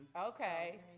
Okay